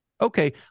Okay